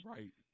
Right